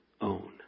own